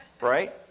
Right